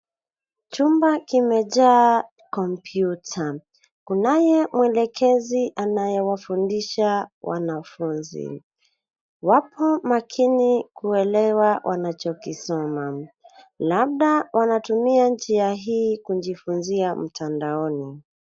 Chumba kimejaa kompyuta. Kunaye mwelekezi anayewafundisha wanafunzi. Wapo makini kuelewa wanachokisoma labda wanatumia njia hii kujifunzia mtandaoni.